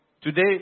Today